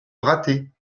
rater